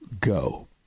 go